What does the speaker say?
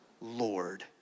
Lord